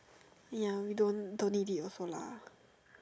ya we don't don't need it also lah